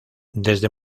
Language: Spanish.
desde